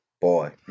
Boy